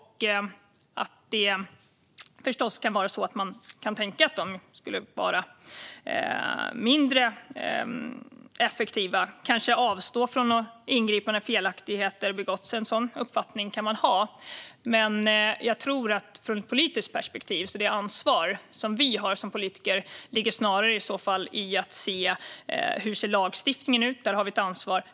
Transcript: Man kan förstås tänka att myndigheten kunde vara mindre effektiv eller kanske avstå från att ingripa när felaktigheter har begåtts. En sådan uppfattning kan man ha, men från ett politiskt perspektiv tror jag att det ansvar vi som politiker har snarare ligger i att se hur lagstiftningen ser ut. Där har vi ett ansvar.